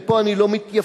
ופה אני לא מתייפייף,